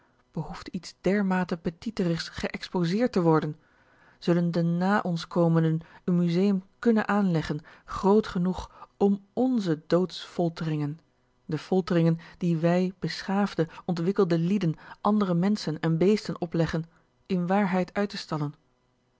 behoeft iets dermate petieterigs geëxposeerd te worden zullen de nà ons komenden een museum kunnen aanleggen grt genoeg om onze doodsfolteringen de folteringen die wij beschaafde ontwikkelde lieden anderen menschen en beesten opleggen in waarheid uit te stallen